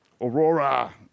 aurora